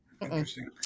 Interesting